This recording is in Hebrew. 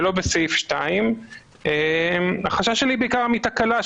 ולא בסעיף 2. החשש שלי היא בעיקר מתקלה,